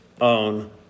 own